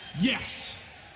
Yes